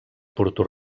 porto